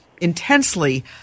intensely